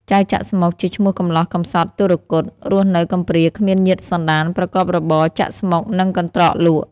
ចៅ ចាក់ស្មុគ ជាឈ្មោះកំលោះកំសត់ទុគ៌ត រស់នៅកំព្រាគ្មានញាតិសន្តាន ប្រកបរបរ ចាក់ស្មុគនិងកន្ត្រកលក់។